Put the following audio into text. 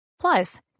Plus